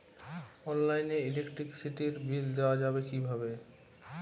অনলাইনে ইলেকট্রিসিটির বিল দেওয়া যাবে কিভাবে?